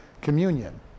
communion